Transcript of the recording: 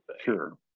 Sure